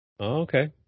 Okay